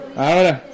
ahora